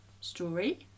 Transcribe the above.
story